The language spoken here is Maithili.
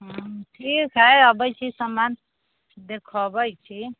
ठीक हइ अबै छी सामान देखाबै छी